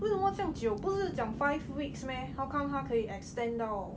为什么这样久不是讲 five weeks meh how come 它可以 extend 到